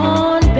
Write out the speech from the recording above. on